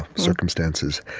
circumstances.